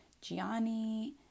Gianni